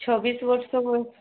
ଛବିଶ ବର୍ଷ ବୟସ